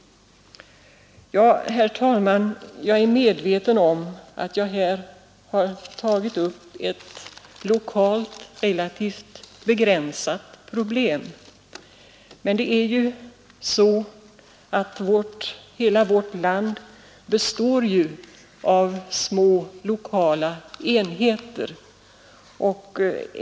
Herr talman! Jag är medveten om att jag har tagit upp ett lokalt, relativt begränsat problem, men hela vårt land består ju av små lokala enheter.